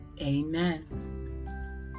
Amen